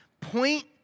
point